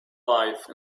life